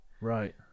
Right